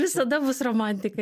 visada bus romantikai